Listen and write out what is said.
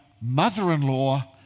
mother-in-law